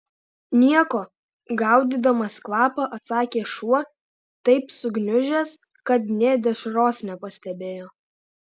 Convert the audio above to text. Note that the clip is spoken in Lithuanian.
nieko gaudydamas kvapą atsakė šuo taip sugniužęs kad nė dešros nepastebėjo